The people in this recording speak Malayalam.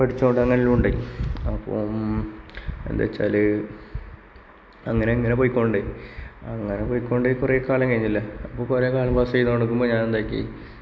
പഠിച്ചു കൊണ്ടെല്ലാം ഉണ്ടായിരുന്നു അപ്പം എന്താണെന്ന് വെച്ചാല് അങ്ങനെ അങ്ങനെ പോയിക്കൊണ്ടേ അങ്ങനെ പോയിക്കൊണ്ടേ കുറെ കാലം കഴിഞ്ഞു ഇല്ലേ അപ്പോൾ കുറേക്കാലം പാസ് ചെയ്തോണ്ട് നിൽക്കുമ്പോൾ ഞാൻ എന്താക്കി